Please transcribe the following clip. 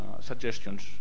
suggestions